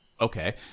okay